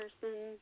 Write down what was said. person